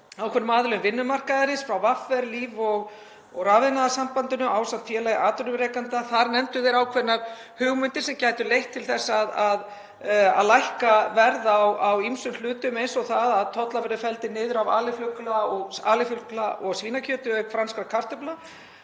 ákveðnum aðilum vinnumarkaðarins, frá VR, LÍV og Rafiðnaðarsambandinu ásamt Félagi atvinnurekenda. Þar nefndu þeir ákveðnar hugmyndir sem gætu leitt til þess að lækka verð á ýmsum hlutum eins og að tollar verði felldir niður af alifugla- og svínakjöti auk franskra kartaflna,